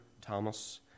Thomas